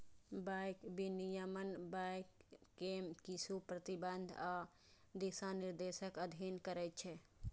bank विनियमन bank कें किछु प्रतिबंध आ दिशानिर्देशक अधीन करै छै